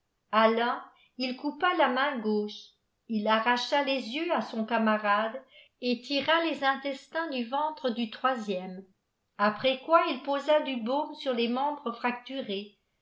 il coupa la main gjiuche il arracha les yeux à son camarade et tira les intesllns du ventre du troisième après quoi il posa du baume sur les membres fracturés